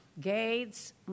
Gates